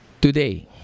today